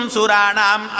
Suranam